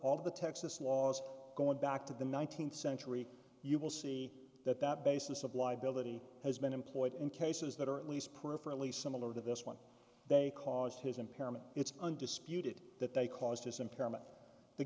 all the texas laws going back to the nineteenth century you will see that that basis of liability has been employed and cases that are at least peripherally similar to this one they caused his impairment it's undisputed that they caused his impairment the